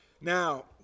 Now